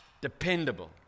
dependable